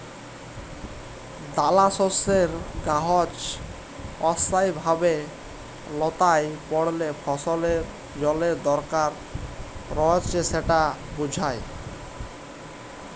দালাশস্যের গাহাচ অস্থায়ীভাবে ল্যাঁতাই পড়লে ফসলের জলের দরকার রঁয়েছে সেট বুঝায়